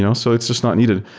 and so it's just not needed.